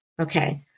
okay